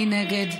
מי נגד?